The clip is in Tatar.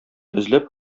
эзләп